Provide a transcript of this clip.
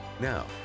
Now